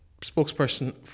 spokesperson